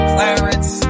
Clarence